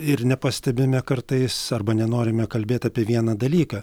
ir nepastebime kartais arba nenorime kalbėti apie vieną dalyką